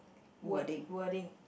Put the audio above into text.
word wording